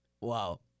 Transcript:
Wow